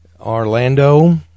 Orlando